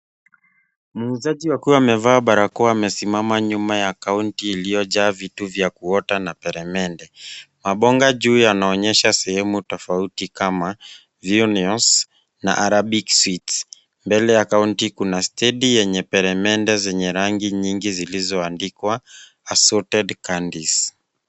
Muuzaji akiwa amevaa barakoa amesimama nyuma ya kaunta iliyojaa vitu vya kuota na peremende. Mabonga juu yanaonyesha sehemu tofauti kama Versponso na arabic sweet .Mbele ya kaunti kuna stendi yenye permende zenye rangi nyingi zilizoandikwa sorted candies